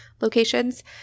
locations